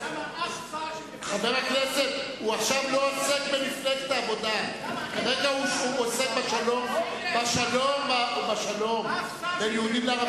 אמרת שזו הדרך להביא שלום, איפה השלום, שלך?